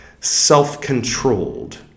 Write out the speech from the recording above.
self-controlled